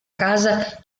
casa